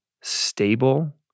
stable